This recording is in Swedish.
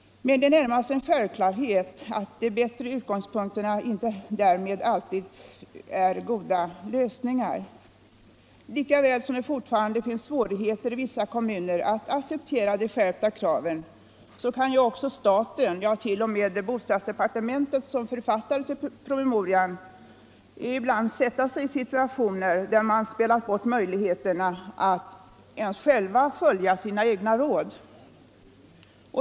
Men det är närmast en självklarhet att de bättre utgångspunkterna inte därmed alltid är goda lösningar. Lika väl som det fortfarande finns svårigheter i vissa kommuner att acceptera de skärpta kraven kan också staten — och t.o.m. bostadsdepartementet som författare till promemorian — ibland försätta sig i situationer där man spelat bort möjligheterna att ens själv följa sina egna råd.